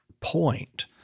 point